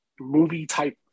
movie-type